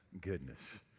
goodness